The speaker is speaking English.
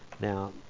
Now